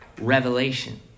revelation